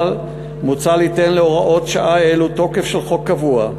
מוצע ליתן להוראות שעה אלו תוקף של חוק קבוע,